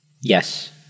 Yes